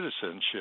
citizenship